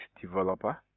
developer